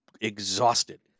exhausted